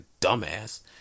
dumbass